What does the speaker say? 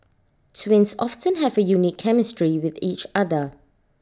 twins often have A unique chemistry with each other